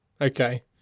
Okay